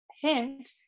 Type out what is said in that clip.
hint